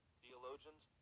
theologians